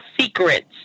Secrets